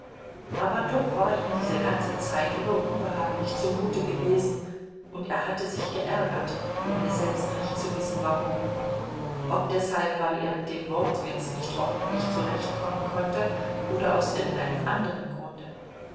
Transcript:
aber doch war ihm diese ganze zeit über unbehaglich zumute gewesen und er hatte sich geärgert ohne selbst recht zu wissen warum ob deshalb weil er mit dem wortwitz nicht ordentlich zurechtkommen konnte oder aus irgendeinem anderen grunde